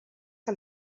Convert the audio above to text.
que